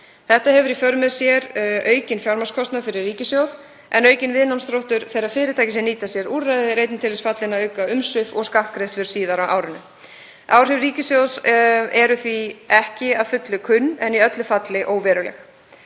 Þetta hefur í för með sér aukinn fjármagnskostnað fyrir ríkissjóð en aukinn viðnámsþróttur þeirra fyrirtækja sem nýta sér úrræði er einnig til þess fallinn að auka umsvif og skattgreiðslur síðar á árinu. Áhrif á ríkissjóð eru því ekki að fullu kunn en í öllu falli óveruleg.